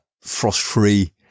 frost-free